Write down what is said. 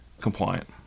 compliant